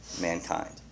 mankind